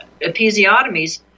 episiotomies